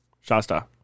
Shasta